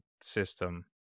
system